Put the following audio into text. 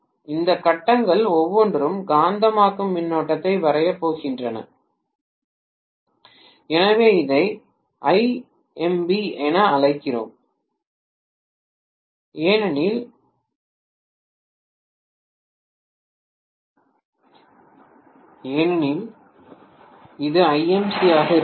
இந்த கட்டங்கள் ஒவ்வொன்றும் காந்தமாக்கும் மின்னோட்டத்தை வரையப் போகின்றன எனவே இதை Imb என அழைக்கலாம் ஏனெனில் இமா Imc இருக்கலாம்